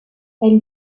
elle